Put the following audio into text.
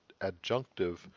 adjunctive